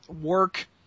work